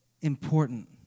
important